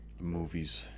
movies